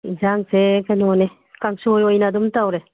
ꯌꯦꯟꯁꯥꯡꯁꯦ ꯀꯩꯅꯣꯅꯦ ꯀꯥꯡꯁꯣꯏ ꯑꯣꯏꯅ ꯑꯗꯨꯝ ꯇꯧꯔꯦ